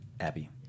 Abby